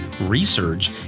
research